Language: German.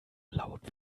laut